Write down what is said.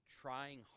trying